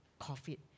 COVID